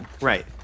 Right